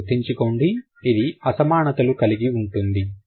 మీరు గుర్తించుకోండి ఇది అసమానతలు కలిగి ఉంటుంది